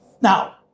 Now